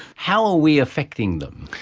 how are we affecting them?